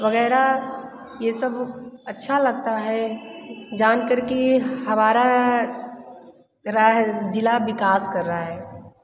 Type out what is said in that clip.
वगैरह ये सब अच्छा लगता है जानकर कि हमारा रा ज़िला विकास कर रहा है